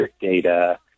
data